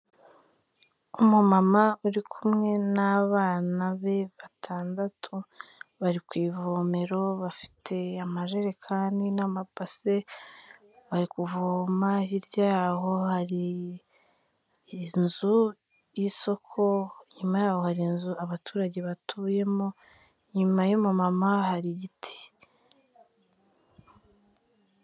Umumama uri kumwe n'abana be batandatu bari ku ivomero, bafite amajerekani n'amabase bari kuvoma. Hirya y'aho hari inzu y'isoko, inyuma yaho hari inzu abaturage batuyemo, inyuma y'umumama hari igiti.